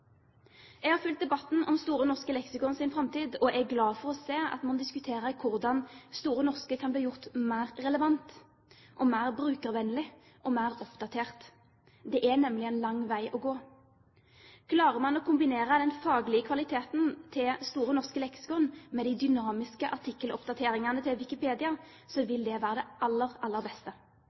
Jeg har fulgt debatten om Store norske leksikons framtid og er glad for å se at man diskuterer hvordan Store norske kan bli gjort mer relevant, mer brukervennlig og mer oppdatert. Det er nemlig en lang vei å gå. Klarer man å kombinere den faglige kvaliteten til Store norske leksikon med de dynamiske artikkeloppdateringene til Wikipedia, vil det være det aller, aller beste.